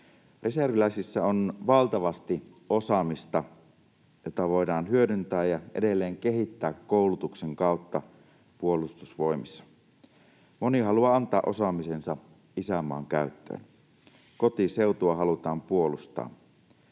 Reserviläisissä on valtavasti osaamista, jota voidaan hyödyntää ja edelleen kehittää koulutuksen kautta Puolustusvoimissa. Moni haluaa antaa osaamisensa isänmaan käyttöön. Kotiseutua halutaan puolustaa.